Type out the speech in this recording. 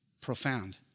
Profound